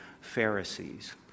pharisees